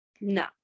No